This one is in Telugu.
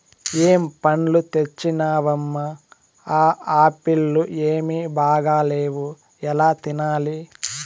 ఏం పండ్లు తెచ్చినవమ్మ, ఆ ఆప్పీల్లు ఏమీ బాగాలేవు ఎలా తినాలి